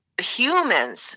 Humans